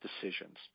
decisions